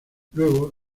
luego